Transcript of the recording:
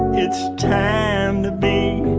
it's time to be